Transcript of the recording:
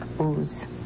ooze